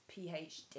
PhD